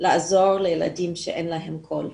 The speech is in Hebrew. לעזור לילדים שאין להם קול.